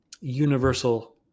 universal